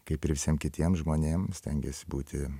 kaip ir visiem kitiem žmonėm stengiesi būti